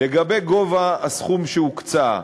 לגבי גובה הסכום שהוקצה,